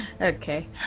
Okay